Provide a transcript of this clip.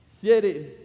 sitting